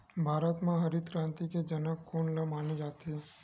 भारत मा हरित क्रांति के जनक कोन ला माने जाथे?